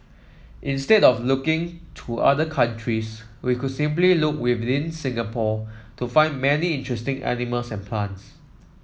instead of looking to other countries we could simply look within Singapore to find many interesting animals and plants